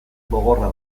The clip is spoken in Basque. gogorra